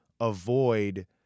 avoid